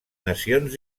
nacions